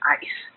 ice